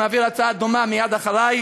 שמעביר הצעה דומה מייד אחרי.